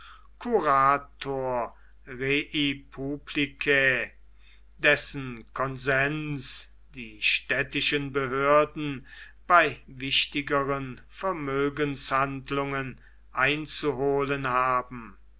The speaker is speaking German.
dessen konsens die städtischen behörden bei wichtigeren vermögenshandlungen einzuholen haben